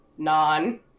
Non